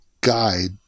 guide